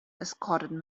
escorted